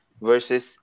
versus